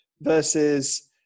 versus